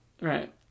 Right